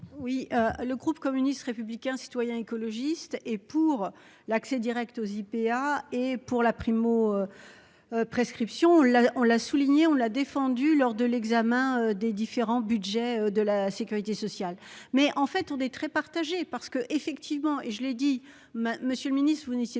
Oui le groupe communiste républicain citoyen écologiste et pour l'accès Direct aux IPA et pour la primo-. Prescription là on l'a souligné, on l'a défendu lors de l'examen des différents Budgets de la sécurité sociale mais en fait on est très partagé parce que effectivement et je l'ai dit, mais Monsieur le Ministre, vous n'étiez pas